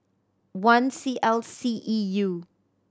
one C L C E U